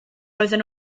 roedden